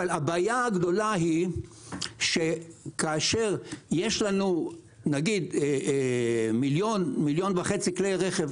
הבעיה הגדולה שכאשר יש לנו 1.5 מיליון כלי רכב